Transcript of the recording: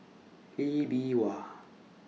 Lee Bee Wah